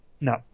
no